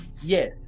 yes